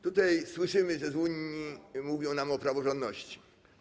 Tutaj słyszymy, że z Unii mówią nam o praworządności.